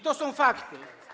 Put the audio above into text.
To są fakty.